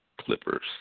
Clippers